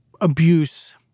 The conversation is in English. abuse